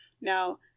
now